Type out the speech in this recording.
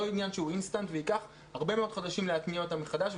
תהליך אינסטנט וייקח הרבה מאוד חודשים להתניע אותן מחדש.